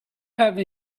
have